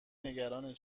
نگرانت